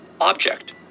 object